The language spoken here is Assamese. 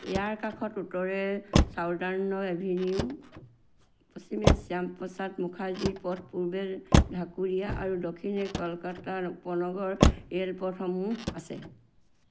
ইয়াৰ কাষত উত্তৰে ছাউডাৰ্ণৰ এভিনিউ পশ্চিমে শ্যামপ্ৰসাদ মুখাৰ্জী পথ পূবে ঢাকুৰীয়া আৰু দক্ষিণে কলকাতা উপনগৰ ৰেলপথসমূহ আছে